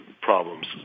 problems